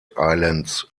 islands